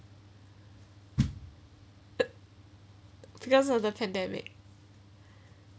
because of the pandemic